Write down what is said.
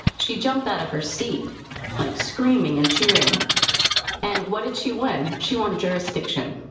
she jumped out of her seat like screaming and cheering and what did she win? she won jurisdiction,